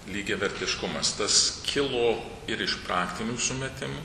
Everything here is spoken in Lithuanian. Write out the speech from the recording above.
lygiavertiškumas tas kilo ir iš praktinių sumetimų